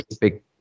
big